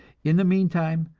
in the meantime,